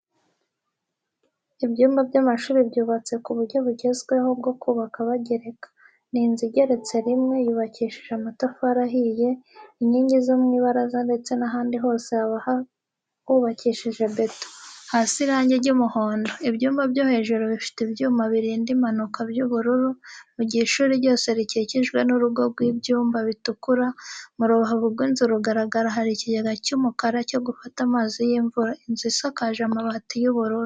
Ibyumba by'amashuri byubatse ku buryo bugezweho, bwo kubaka bagereka. Ni inzu igeretse rimwe. Yubakishije amatafari ahiye. Inkingi zo mu ibaraza ndetse n'ahandi hose haba hubakishije beto, hasize irangi ry'umuhondo. Ibyumba byo hejuru bifite ibyuma birinda impanuka by'ubururu, mu gihe ishuri ryose rikikijwe n'urugo rw'ibyuma bitukura. Mu rubavu rw'inzu rugaragara hari ikigega cy'umukara cyo gufata amazi y'imvura. Inzu isakaje amabati y'ubururu.